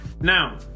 Now